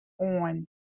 on